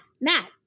Matt